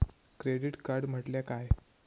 Credit card म्हटल्या काय?